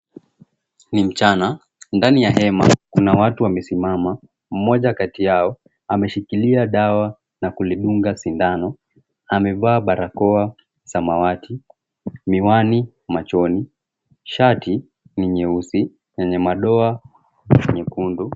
Ni mchana ndani ya hema kuna watu wamesimama mmoja kati yao ameshikilia dawa na kulidunga sindano na amevaa barakoa samawati, miwani machoni, shati ni nyeusi yenye madoa nyekundu.